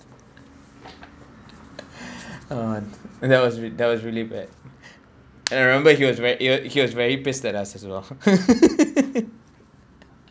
uh that was re~ that was really bad and I remember he was very irr~ he was very pissed at us as well